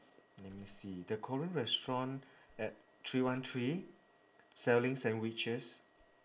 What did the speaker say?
let me see the korean restaurant at three one three selling sandwiches